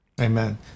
Amen